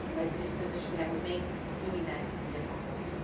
a disposition that would make doing that difficult,